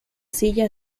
silla